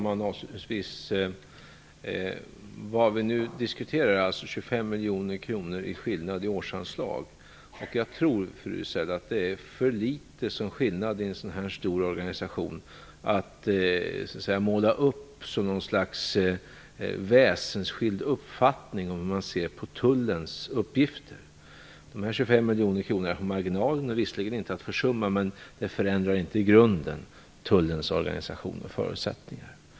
Fru talman! Vad vi nu diskuterar är alltså 25 miljoner kronors skillnad i årsanslag. Jag tror att det är en för liten skillnad i en så stor organisation för att måla upp något slags väsensskild uppfattning om tullens uppgifter. Dessa 25 miljoner på marginalen är visserligen inte att försumma, men de förändrar inte i grunden tullens organisation och förutsättningar.